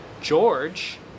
George